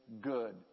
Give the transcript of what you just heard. good